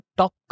top